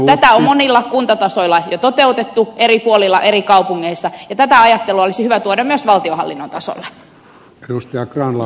tätä on kuntatasolla monin paikoin jo toteutettu eri puolilla eri kaupungeissa ja tätä ajattelua olisi hyvä tuoda myös valtionhallinnon tasolle